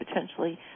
potentially